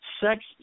Sex